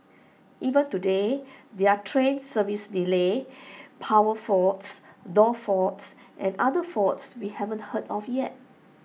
even today there are train service delays power faults door faults and other faults we haven't heard of yet